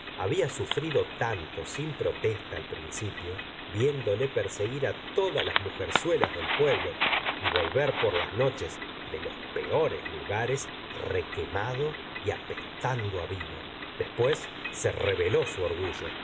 había sufrido tanto sin protesta al principio viéndole perseguir todas las mujerzuelas del pueblo y volver por las noches de los peores lugares requemado y apestando it vino después se rebeló su orgullo